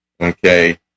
okay